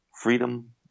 freedom